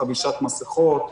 חבישת מסכות,